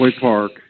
Park